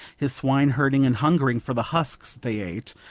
his swine herding and hungering for the husks they ate,